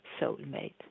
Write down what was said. soulmate